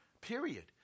period